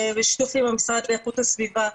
בשיתוף עם המשרד לאיכות הסביבה,